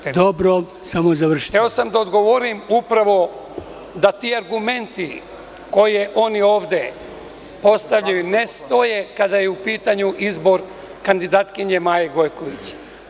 Hteo sam da odgovorim upravo da ti argumenti koje oni ovde postavljaju ne stoje kada je u pitanju izbor kandidatkinje Maje Gojković.